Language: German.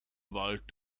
wollt